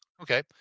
Okay